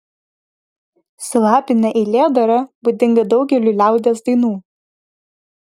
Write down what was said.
silabinė eilėdara būdinga daugeliui liaudies dainų